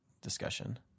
discussion